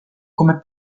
come